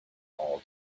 all